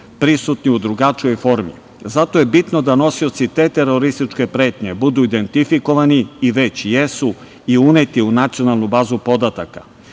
prisutni u drugačijoj formi. Zato je bitno da nosioci te terorističke pretnje budu identifikovani, i već jesu, i uneti u nacionalnu bazu podataka.